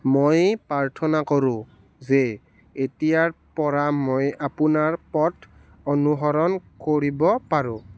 মই প্ৰাৰ্থনা কৰোঁ যে এতিয়াৰপৰা মই আপোনাৰ পথ অনুসৰণ কৰিব পাৰোঁ